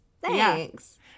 Thanks